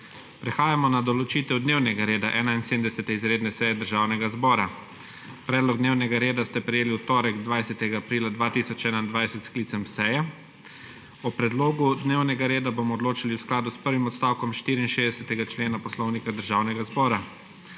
Prehajamo na **določitev dnevnega reda** 71. izredne seje Državnega zbora. Predlog dnevnega reda ste prejeli v torek, 20. aprila 2021, s sklicem seje. O predlogu dnevnega reda bomo odločali v skladu s prvim odstavkom 64. člena Poslovnika Državnega zbora.